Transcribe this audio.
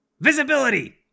Visibility